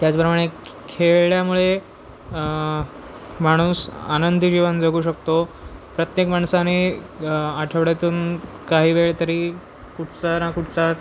त्याचप्रमाणे खेळल्यामुळे माणूस आनंदी जीवन जगू शकतो प्रत्येक माणसांनी आठवड्यातून काही वेळ तरी कुठचा ना कुठचा